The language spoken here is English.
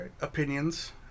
opinions